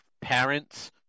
parents